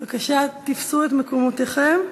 בבקשה, תפסו את מקומותיכם.